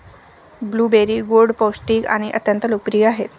blueberry गोड, पौष्टिक आणि अत्यंत लोकप्रिय आहेत